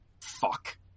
fuck